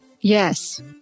Yes